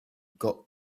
got